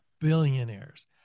billionaires